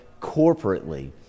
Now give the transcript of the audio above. corporately